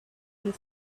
you